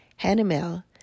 Hanamel